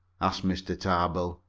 asked mr. tarbill.